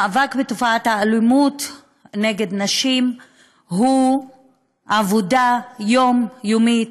המאבק בתופעת האלימות נגד נשים הוא עבודה יומיומית,